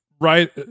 right